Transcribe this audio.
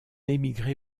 émigré